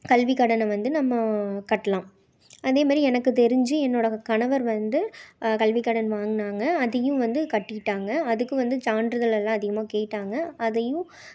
கல்விக் கடனை வந்து நம்ம கட்டலாம் அதே மாதிரி எனக்குத் தெரிஞ்சு என்னோட கணவர் வந்து கல்விக் கடன் வாங்கினாங்க அதையும் வந்து கட்டிட்டாங்க அதுக்கு வந்து சான்றிதழெல்லாம் அதிகமாக கேட்டாங்க அதையும்